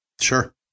sure